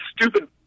stupid